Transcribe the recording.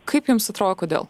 kaip jums atrodo kodėl